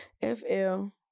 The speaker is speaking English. F-L-